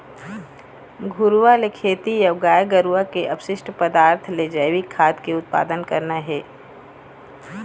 घुरूवा ले खेती अऊ गाय गरुवा के अपसिस्ट पदार्थ ले जइविक खाद के उत्पादन करना हे